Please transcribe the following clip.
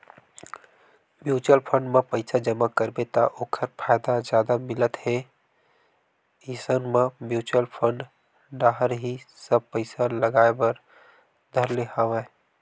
mutual fund म पइसा जमा करबे त ओखर फायदा जादा मिलत हे इसन म म्युचुअल फंड डाहर ही सब पइसा लगाय बर धर ले हवया